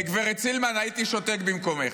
בגלל זה הבאת את זה כל השנים בממשלה.